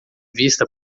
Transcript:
vista